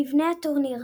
מבנה הטורניר